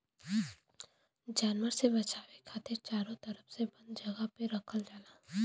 जानवर से बचाये खातिर चारो तरफ से बंद जगह पे रखल जाला